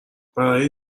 برای